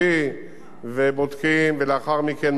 ובודקים, ולאחר מכן מגיעה בכלל שאלת